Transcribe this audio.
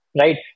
right